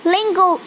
Lingo